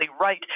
right